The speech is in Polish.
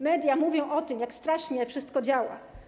Media mówią o tym, jak strasznie wszystko działa.